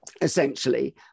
essentially